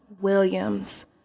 Williams